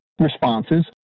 responses